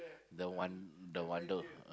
the one the widow